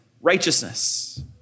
righteousness